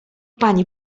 panie